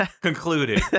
concluded